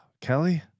Kelly